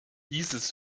dieses